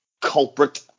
culprit